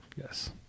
Yes